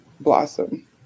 blossom